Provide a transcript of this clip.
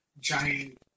giant